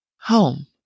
home